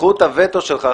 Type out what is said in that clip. זכות הווטו שלך,